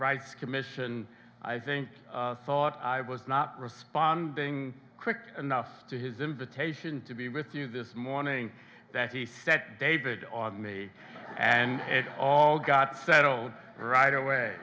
rights commission i think thought i was not responding quick enough to his invitation to be with you this morning that he said david on me and it all got settled right away